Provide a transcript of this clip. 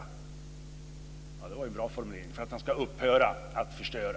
Det var förresten en bra formulering: För att han ska upphöra att förstöra.